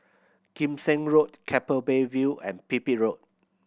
Kim Seng Road Keppel Bay View and Pipit Road